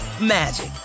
magic